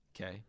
okay